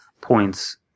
points